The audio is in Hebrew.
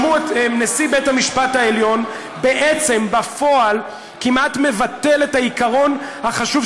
שמעו את נשיא בית המשפט העליון בעצם בפועל כמעט מבטל את העיקרון החשוב,